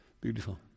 Beautiful